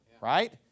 right